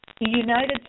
United